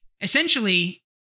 essentially